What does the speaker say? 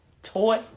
Toy